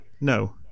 no